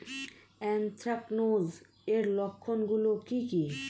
Anthracnose এর লক্ষণ গুলো কি কি?